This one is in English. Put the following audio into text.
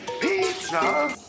pizza